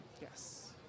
Yes